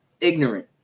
ignorant